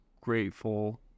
grateful